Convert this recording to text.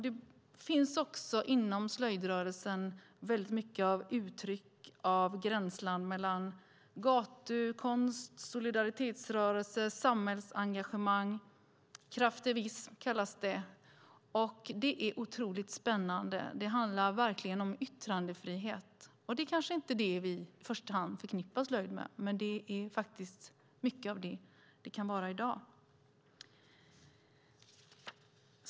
Det finns också inom slöjdrörelsen väldigt mycket av uttryck, av gränsland mellan gatukonst, solidaritetsrörelse och samhällsengagemang. Craftivism kallas det. Det är otroligt spännande. Det handlar verkligen om yttrandefrihet. Det är kanske inte det vi i första hand förknippar slöjd med, men det kan vara mycket av det i dag.